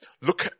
look